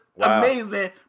amazing